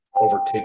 overtake